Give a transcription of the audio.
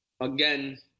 Again